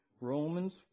Romans